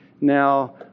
now